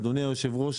אדוני היושב-ראש,